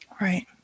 Right